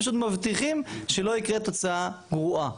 פשוט מבטיחים שלא יקרה תוצאה גרועה.